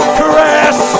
caress